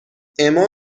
اِما